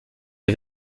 des